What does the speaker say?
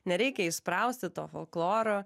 nereikia įsprausti to folkloro